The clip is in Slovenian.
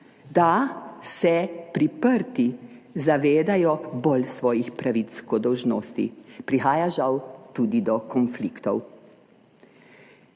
da se priprti zavedajo bolj svojih pravic kot dolžnosti. Prihaja žal tudi do konfliktov.